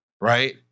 right